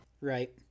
Right